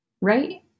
Right